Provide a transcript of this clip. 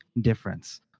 difference